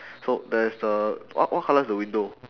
so there is the what what colour is the window